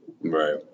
Right